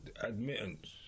admittance